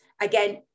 again